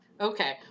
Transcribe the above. Okay